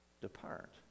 depart